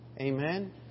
Amen